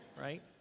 right